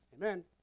Amen